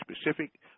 specific